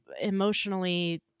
emotionally